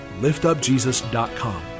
liftupjesus.com